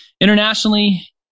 Internationally